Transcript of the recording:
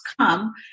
come